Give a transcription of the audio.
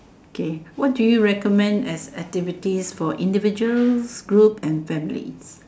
okay what do you recommend as activities for individual group and families